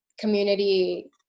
community